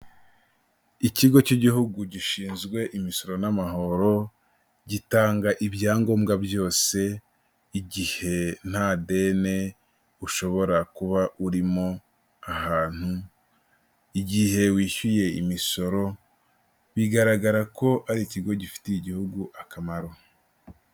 Ikigo cy'Igihugu gishinzwe imisoro n'amahoro, gitanga ibyangombwa byose igihe nta deni ushobora kuba urimo ahantu igihe wishyuye imisoro, bigaragara ko ari ikigo gifitiye Igihugu akamaro.